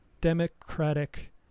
Democratic